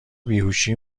بیهوشی